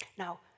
Now